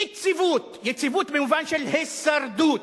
יציבות במובן של הישרדות.